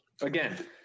again